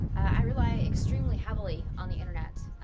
i rely extremely heavily on the internet,